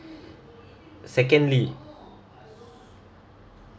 secondly